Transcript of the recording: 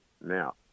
Now